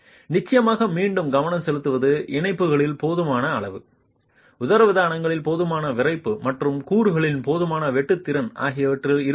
நிச்சயமாக மீண்டும் கவனம் செலுத்துவது இணைப்புகளின் போதுமான அளவு உதரவிதானங்களின் போதுமான விறைப்பு மற்றும் கூறுகளின் போதுமான வெட்டு திறன் ஆகியவற்றில் இருக்க வேண்டும்